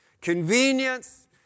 convenience